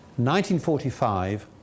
1945